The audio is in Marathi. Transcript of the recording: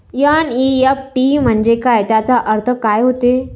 एन.ई.एफ.टी म्हंजे काय, त्याचा अर्थ काय होते?